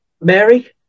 Mary